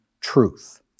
truth